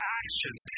actions